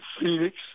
Phoenix